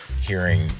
hearing